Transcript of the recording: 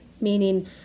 meaning